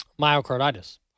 myocarditis